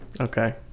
Okay